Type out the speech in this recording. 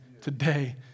today